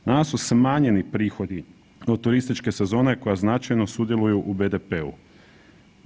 Nama su smanjeni prihodi od turističke sezone koja značajno sudjeluje u BDP-u.